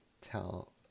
tell